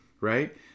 right